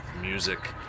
music